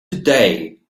today